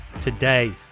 today